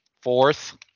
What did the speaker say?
fourth